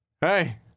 Hey